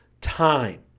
time